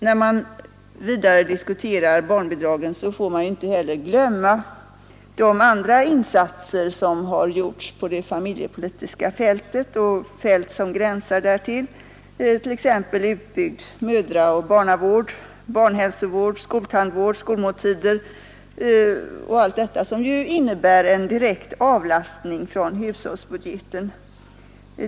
När man diskuterar barnbidragen får man inte heller glömma de andra insatser som har gjorts på det familjepolitiska fältet och fält som gränsar därtill, utbyggnad av mödraoch barnavård, barnhälsovård, skoltandvård, skolmåltider och allt detta som ju innebär en direkt avlastning från hushållsbudgeten.